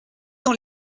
dans